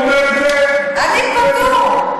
הוא אומר, עדיף כבר כלום.